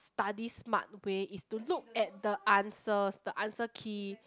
study smart way is to look at the answers the answer key